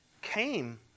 came